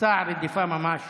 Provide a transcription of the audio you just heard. מסע רדיפה ממש